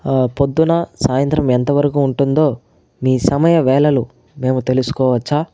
పొద్దున సాయంత్రం ఎంత వరకు ఉంటుందో మీ సమయ వేళలు మేము తెలుసుకోవచ్చా